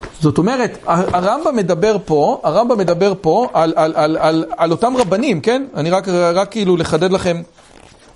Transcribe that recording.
זאת אומרת, הרמב״ם מדבר פה, הרמב״ם מדבר פה על אותם רבנים, כן? אני רק כאילו לחדד לכם...